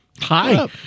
Hi